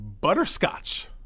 butterscotch